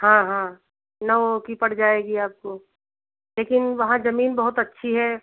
हाँ हाँ नौ ओ की पड़ जाएगी आपको लेकिन वहाँ ज़मीन बहुत अच्छी है